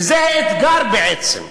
וזה האתגר בעצם.